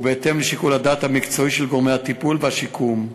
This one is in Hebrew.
בהתאם לשיקול הדעת המקצועי של גורמי הטיפול והשיקום.